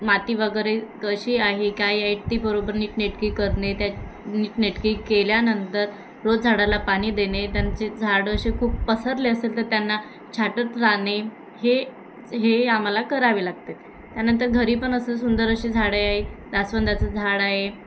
माती वगैरे कशी आहे काही आहे ती बरोबर नीटनेटकी करणे त्या नीटनेटकी केल्यानंतर रोज झाडाला पाणी देणे त्यांचे झाडं असे खूप पसरले असेल तर त्यांना छाटत राहणे हे हे आम्हाला करावे लागते त्यानंतर घरी पण असं सुंदर अशी झाडे आहे जास्वंदाचं झाड आहे